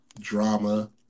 drama